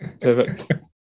perfect